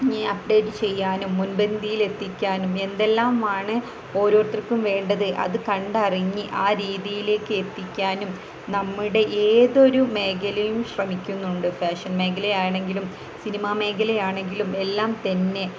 update ചെയ്യാനും മുൻപന്തിയിൽ എത്തിക്കാനും എന്തെല്ലാമാണ് ഓരോരുത്തർക്കും വേണ്ടത് അത് കണ്ടറിഞ്ഞ് ആ രീതിയിലേക്ക് എത്തിക്കാനും നമ്മുടെ ഏതൊരു മേഖലയും ശ്രമിക്കുന്നുണ്ട് ഫാഷൻ മേഖലയാണെങ്കിലും സിനിമാ മേഖലയാണെങ്കിലും എല്ലാം തന്നെ